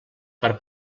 per